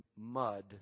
mud